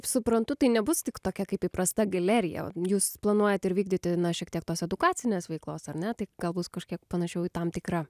suprantu tai nebus tik tokia kaip įprasta galerija jūs planuojat ir vykdyti na šiek tiek tos edukacinės veiklos ar ne tai gal bus kažkiek panašiau į tam tikrą